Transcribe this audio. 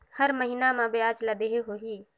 हर महीना मा ब्याज ला देहे होही?